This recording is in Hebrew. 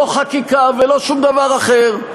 לא חקיקה ולא שום דבר אחר,